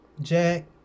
Jack